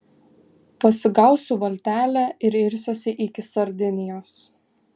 pasigausiu valtelę ir irsiuosi iki sardinijos